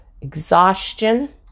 exhaustion